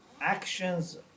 Actions